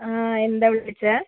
ആ എന്താണ് വിളിച്ചത്